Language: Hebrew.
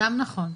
גם נכון.